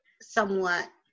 somewhat